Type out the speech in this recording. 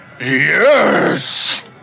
Yes